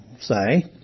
say